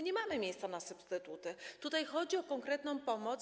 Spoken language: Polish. Nie ma miejsca na substytuty, tutaj chodzi o konkretną pomoc.